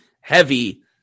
heavy